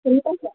চিনি পাইছা